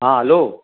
हा हलो